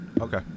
Okay